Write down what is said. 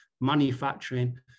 manufacturing